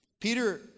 Peter